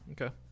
Okay